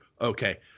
okay